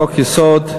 חוק-יסוד,